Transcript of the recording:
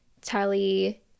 Tally